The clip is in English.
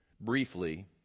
briefly